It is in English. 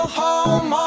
home